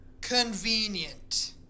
Convenient